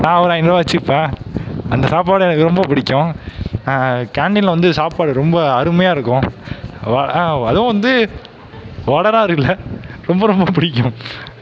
நான் ஒரு ஐநூறுவா வச்சுப்பேன் அந்த சாப்பாடு எனக்கு ரொம்ப பிடிக்கும் கேண்டீனில் வந்து சாப்பாடு ரொம்ப அருமையாக இருக்கும் அதுவும் வந்து வடநாடு இல்லை ரொம்ப ரொம்ப பிடிக்கும்